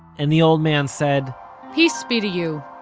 and the old man said peace be to you.